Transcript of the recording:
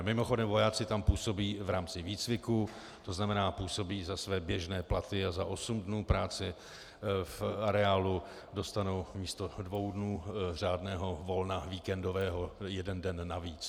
Mimochodem, vojáci tam působí v rámci výcviku, to znamená, působí za své běžné platy a za osm dnů práce v areálu dostanou místo dvou dnů řádného volna víkendového jeden den navíc.